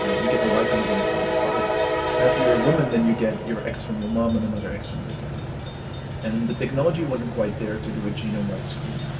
you get the y chromosome from your father. now if you're a woman and you get your x from your mum and another x from your dad and the technology wasn't quite there to do a genome wide screen.